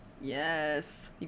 Yes